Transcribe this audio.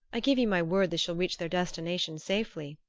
i give you my word they shall reach their destination safely.